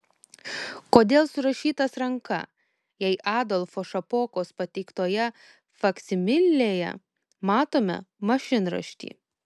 kodėl surašytas ranka jei adolfo šapokos pateiktoje faksimilėje matome mašinraštį